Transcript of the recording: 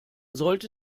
sollte